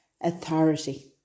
authority